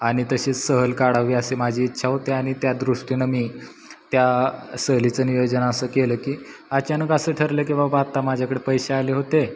आणि तशीच सहल काढावी असे माझी इच्छा होते आणि त्या दृष्टीनं मी त्या सहलीचं नियोजना असं केलं की अचानक असं ठरलं की बाबा आत्ता माझ्याकडे पैसे आले होते